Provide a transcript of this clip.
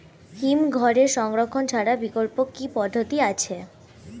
হিমঘরে সংরক্ষণ ছাড়া বিকল্প কি পদ্ধতি আছে?